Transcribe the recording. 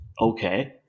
okay